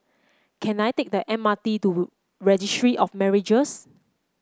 can I take the M R T to Registry of Marriages